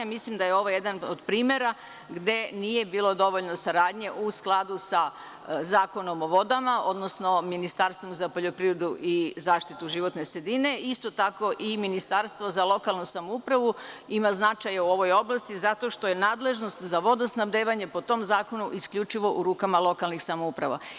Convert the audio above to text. Mislim da je ovo jedan od primera gde nije bilo dovoljno saradnje u skladu sa Zakonom o vodama, odnosno Ministarstvom za poljoprivredu i zaštitu životne sredine i isto tako i Ministarstvo za lokalnu samoupravu ima značaja u ovoj oblasti, zato što je nadležnost za vodosnabdevanje po tom zakonu isključivo u rukama lokalnih samouprava.